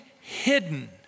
hidden